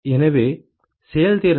எனவே செயல்திறன்